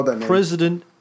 President